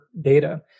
data